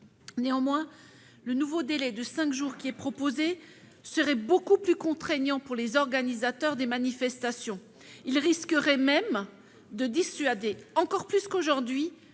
Néanmoins, le nouveau délai de cinq jours qu'il est proposé d'instituer serait beaucoup plus contraignant pour les organisateurs des manifestations. Il risquerait même de dissuader, encore plus qu'aujourd'hui,